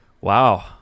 Wow